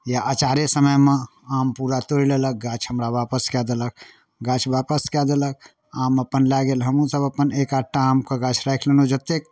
या अँचारे समयमे आम पूरा तोड़ि लेलक गाछ हमरा वापस कए देलक गाछ वापस कए देलक आम अपन लए गेल हमहूँसभ अपन एक आधटा आमके गाछ राखि लेलहुँ जतेक